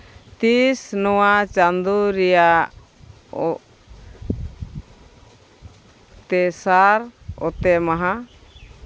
ᱛᱤᱥ ᱱᱚᱣᱟ ᱪᱟᱸᱫᱚ ᱨᱮᱭᱟᱜ ᱛᱮᱥᱟᱨ ᱚᱛᱮ ᱢᱟᱦᱟ